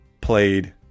played